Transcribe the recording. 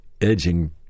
edging